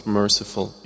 merciful